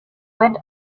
went